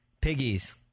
Piggies